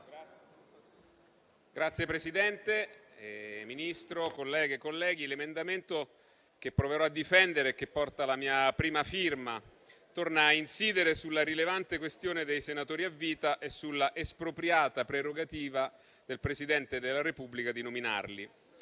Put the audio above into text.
Signor Presidente, signor Ministro, colleghe e colleghi, l'emendamento che proverò a difendere e che porta la mia prima firma torna a incidere sulla rilevante questione dei senatori a vita e sulla espropriata prerogativa del Presidente della Repubblica di nominarli.